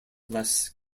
bless